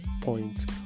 points